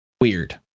weird